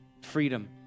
freedom